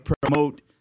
promote